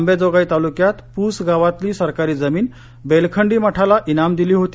अंबेजोगाई तालुक्यात पुस गावातली सरकारी जमीन बेलखंडी मठाला इनाम दिली होती